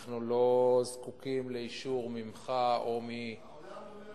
אנחנו לא זקוקים לאישור ממך או, העולם אומר אחרת.